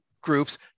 groups